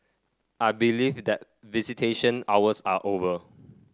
I believe that visitation hours are over